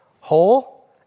Whole